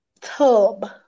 tub